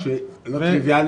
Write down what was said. אף ארגון לא נוכח כאן,